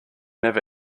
never